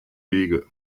wege